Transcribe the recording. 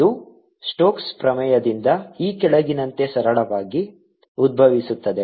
ಇದು ಸ್ಟೋಕ್ಸ್ ಪ್ರಮೇಯದಿಂದ ಈ ಕೆಳಗಿನಂತೆ ಸರಳವಾಗಿ ಉದ್ಭವಿಸುತ್ತದೆ